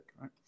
right